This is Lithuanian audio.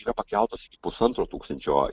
yra pakeltos iki pusantro tūkstančio